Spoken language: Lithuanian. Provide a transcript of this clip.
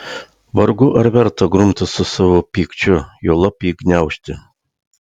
vargu ar verta grumtis su savo pykčiu juolab jį gniaužti